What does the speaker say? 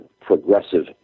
Progressive